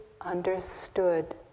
understood